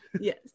Yes